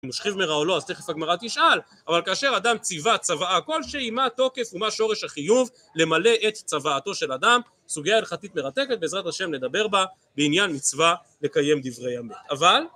אם הוא שכיב מרע או לא אז תכף הגמרא תשאל, אבל כאשר אדם ציווה צוואה כלשהי, מה תוקף ומה שורש החיוב למלא את צוואתו של אדם, סוגיה הלכתית מרתקת, בעזרת השם נדבר בה בעניין מצווה לקיים דברי המת. אבל